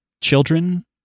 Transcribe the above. children